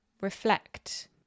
reflect